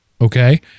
okay